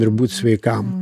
ir būt sveikam